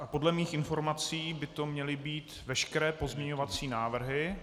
Podle mých informací by to měly být veškeré pozměňovací návrhy.